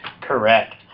Correct